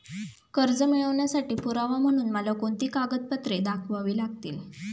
कर्ज मिळवण्यासाठी पुरावा म्हणून मला कोणती कागदपत्रे दाखवावी लागतील?